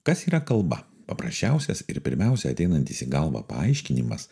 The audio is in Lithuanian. kas yra kalba paprasčiausias ir pirmiausia ateinantis į galvą paaiškinimas